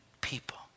people